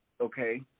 okay